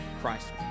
Christ